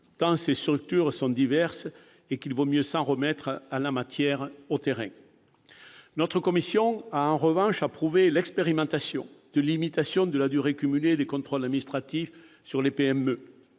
tant ces structures sont diverses : il vaut mieux s'en remettre, en la matière, au terrain. La commission a en revanche approuvé l'expérimentation d'une limitation de la durée cumulée des contrôles administratifs sur les PME.